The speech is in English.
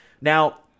Now